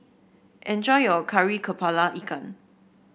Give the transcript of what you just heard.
enjoy your Kari kepala Ikan